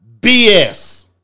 BS